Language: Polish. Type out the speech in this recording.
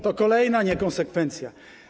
To kolejna niekonsekwencja.